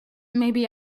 maybe